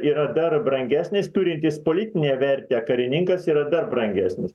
yra dar brangesnis turintis politinę vertę karininkas yra dar brangesnis